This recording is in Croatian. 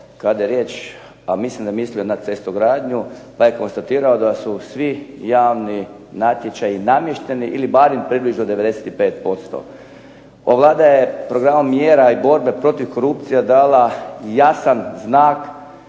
kada je riječ a mislim da je mislio na cestogradnju, da je konstatirao da su svi javni natječaji namješteni ili barem približno 95%. Vlada je programom mjera i borbe protiv korupcije dala jasan znak